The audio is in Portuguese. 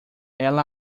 ela